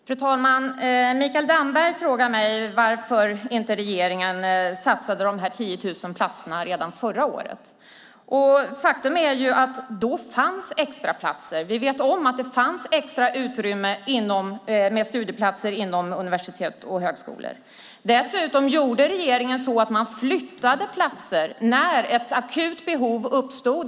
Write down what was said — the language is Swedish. Fru talman! Mikael Damberg frågar mig varför inte regeringen satsade på de här 10 000 platserna redan förra året. Faktum är ju att då fanns det extraplatser. Vi vet att det fanns extra utrymme med studieplatser inom universitet och högskolor. Dessutom flyttade regeringen platser när ett akut behov uppstod.